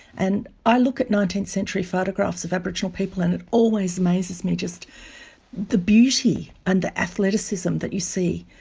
and i look at nineteenth century photographs of aboriginal people and it always amazes me just the beauty and the athleticism that you see,